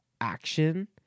action